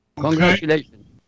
congratulations